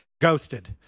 Ghosted